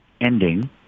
ending